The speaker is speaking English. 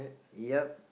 ya